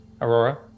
Aurora